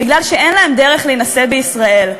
כי אין להם דרך להינשא בישראל.